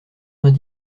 vingt